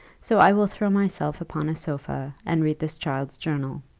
so i will throw myself upon a sofa, and read this child's journal.